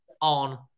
on